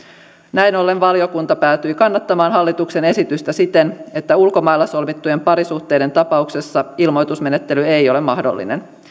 näin ollen valiokunta päätyi kannattamaan hallituksen esitystä siten että ulkomailla solmittujen parisuhteiden tapauksessa ilmoitusmenettely ei ole mahdollinen